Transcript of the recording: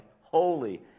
holy